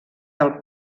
del